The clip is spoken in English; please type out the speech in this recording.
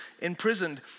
imprisoned